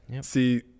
See